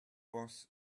boss